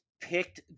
picked